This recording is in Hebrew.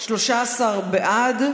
13 בעד.